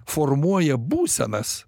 formuoja būsenas